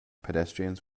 pedestrians